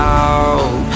out